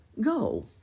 Go